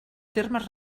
termes